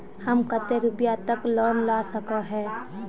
हम कते रुपया तक लोन ला सके हिये?